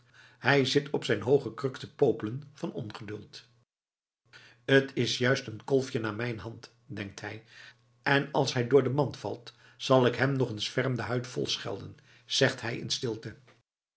hij zit op zijn hooge kruk te popelen van ongeduld t is juist een kolfje naar mijn hand denkt hij en als hij door de mand valt zal ik hem nog eens ferm de huid volschelden zegt hij in stilte